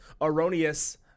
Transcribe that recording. Erroneous